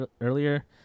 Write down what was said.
earlier